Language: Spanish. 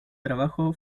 trabajo